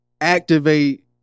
activate